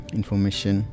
information